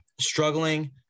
struggling